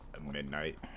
midnight